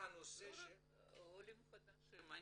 לא רק עולים חדשים.